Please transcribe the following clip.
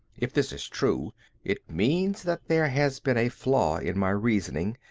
if this is true it means that there has been a flaw in my reasoning,